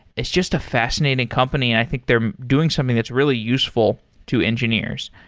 it's just a fascinating company and i think they're doing something that's really useful to engineers.